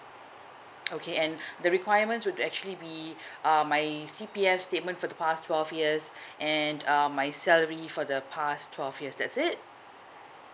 okay and the requirements would actually be err my C_P_F statement for the past twelve years and um my salary for the past twelve years that's it